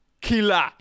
killer